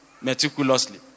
meticulously